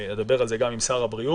אדבר על זה גם עם שר הבריאות,